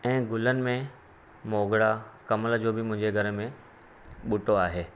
ऐं गुलनि में मोगरा कमल जो बि मुंहिंजे घर में ॿूटो आहे